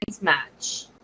match